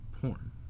porn